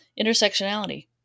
intersectionality